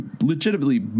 legitimately